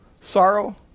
sorrow